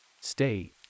Stay